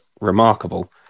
remarkable